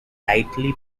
tightly